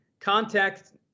context